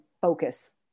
focus